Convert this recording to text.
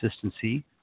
consistency